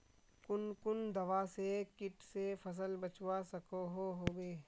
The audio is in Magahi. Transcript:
कुन कुन दवा से किट से फसल बचवा सकोहो होबे?